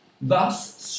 Thus